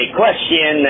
question